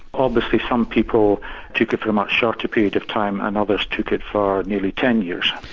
obviously some people took it for a much shorter period of time and others took it for nearly ten years.